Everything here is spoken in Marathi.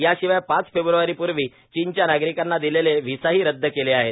याशिवाय पाच फेब्र्वारीपूर्वी चीनच्या नागरिकांना दिलेले व्हीसाही रद्द केले आहेत